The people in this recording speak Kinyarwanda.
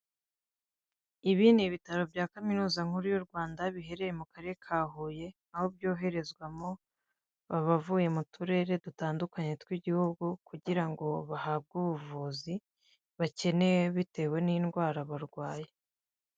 Ibi ni ibitaro bya Kaminuza Nkuru y'u Rwanda , biherereye mu Karere ka Huye, aho byoherezwamo abavuye mu turere dutandukanye tw'Igihugu kugira ngo bahabwe ubuvuzi bakeneye bitewe n'indwara barwaye.